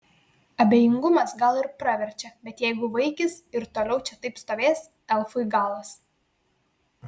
abejingumas gal ir praverčia bet jeigu vaikis ir toliau čia taip stovės elfui galas